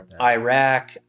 Iraq